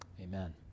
Amen